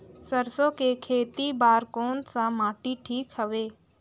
सरसो के खेती बार कोन सा माटी ठीक हवे?